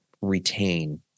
retain